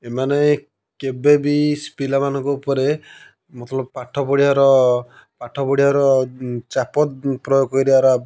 ଏମାନେ କେବେବି ସ ପିଲାମାନଙ୍କ ଉପରେ ମତଲବ ପାଠ ପଢ଼ିବାର ପାଠ ପଢ଼ିବାର ଚାପ ପ୍ରୟୋଗ କରିବାର